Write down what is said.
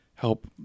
help